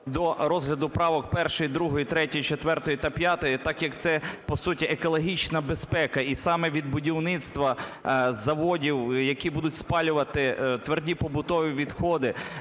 до розгляду правок 1-ї, 2-ї, 3-ї, 4-ї та 5-ї, так як це, по суті, екологічна безпека, і саме від будівництва заводів, які будуть спалювати тверді побутові відходи